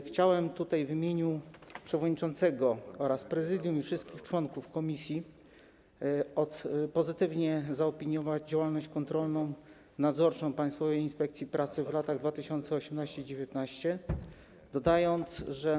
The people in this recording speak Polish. Chciałem w imieniu przewodniczącego oraz prezydium i wszystkich członków komisji pozytywnie zaopiniować działalność kontrolną i nadzorczą Państwowej Inspekcji Pracy w latach 2018 i 2019.